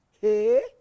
Hey